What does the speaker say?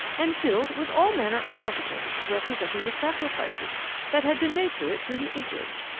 and filled with all manner of articles representing the sacrifices that had been made to it, through the ages,